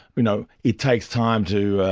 you know it takes time to